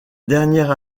dernière